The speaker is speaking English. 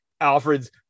Alfred's